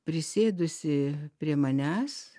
prisėdusi prie manęs